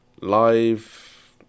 live